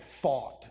fought